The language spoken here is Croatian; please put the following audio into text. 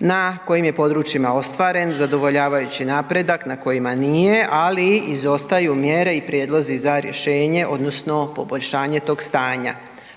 na kojim područjima je ostvaren zadovoljavajući napredak, na kojima nije ali izostaju mjere i prijedlozi za rješenje odnosno poboljšanje tog stanja.